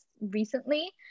recently